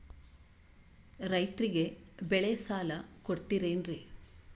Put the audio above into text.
ರೈತರಿಗೆ ಬೆಳೆ ಸಾಲ ಕೊಡ್ತಿರೇನ್ರಿ?